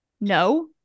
No